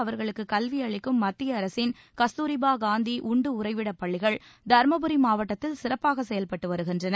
அவர்களுக்கு கல்வி அளிக்கும் மத்திய அரசின் கஸ்தூரிபா காந்தி உண்டு உறைவிடப் பள்ளிகள் தருமபுரி மாவட்டத்தில் சிறப்பாக செயல்பட்டு வருகின்றன